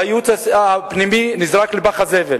הייעוץ נזרק לפח הזבל.